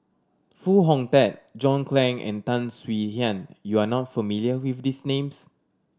Foo Hong Tatt John Clang and Tan Swie Hian you are not familiar with these names